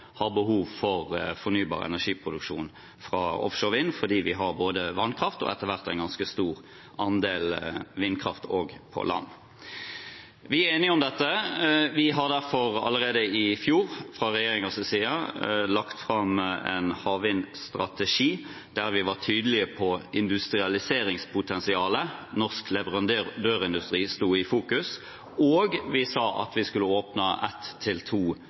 en ganske stor andel vindkraft på land. Vi er enige om dette. Vi la derfor fra regjeringens side allerede i fjor fram en havvindstrategi, der vi var tydelige på industrialiseringspotensialet. Norsk leverandørindustri sto i fokus, og vi sa at vi skulle åpne ett til to